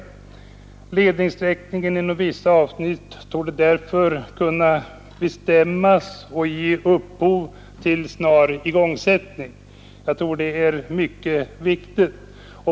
Ledningssträckningen inom vissa avsnitt torde därför kunna bestämmas och ge upphov till snar igångsättning. Jag tror att det är mycket viktigt.